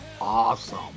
awesome